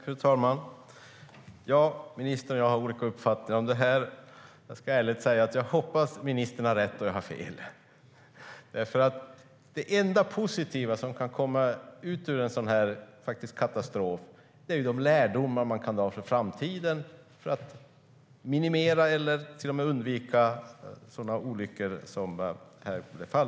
Fru talman! Ministern och jag har olika uppfattningar om det här. Jag ska ärligt säga att jag hoppas att ministern har rätt och jag fel. Det enda positiva som kan komma ut ur en sådan här katastrof är de lärdomar man kan dra inför framtiden för att minimera eller till och med undvika olyckor som denna.